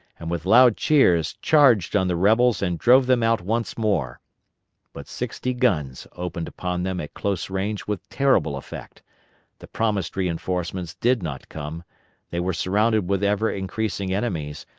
and with loud cheers charged on the rebels and drove them out once more but sixty guns opened upon them at close range with terrible effect the promised reinforcements did not come they were surrounded with ever increasing enemies,